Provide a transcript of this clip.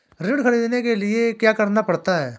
ऋण ख़रीदने के लिए क्या करना पड़ता है?